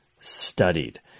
studied